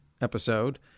episode